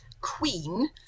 queen